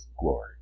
glory